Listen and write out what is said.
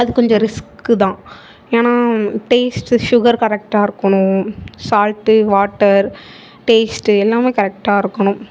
அது கொஞ்சம் ரிஸ்க்கு தான் ஏன்னால் டேஸ்ட்டு சுகர் கரெக்டாக இருக்கணும் சால்ட் வாட்டர் டேஸ்ட்டு எல்லாமே கரெக்டாக இருக்கணும்